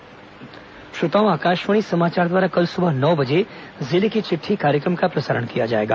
जिले की चिट़ठी श्रोताओं आकाशवाणी समाचार द्वारा कल सुबह नौ बजे जिले की चिट्ठी कार्यक्रम का प्रसारण किया जाएगा